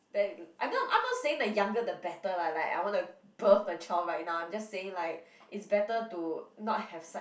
then I'm not I'm not saying the younger the better lah like I wanna birth a child right now I'm just saying like is better to not have such